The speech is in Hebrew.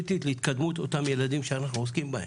להתקדמות אותם ילדים שאנחנו עוסקים בהם.